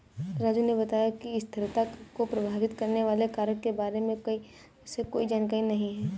राजू ने बताया कि स्थिरता को प्रभावित करने वाले कारक के बारे में उसे कोई जानकारी नहीं है